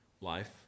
life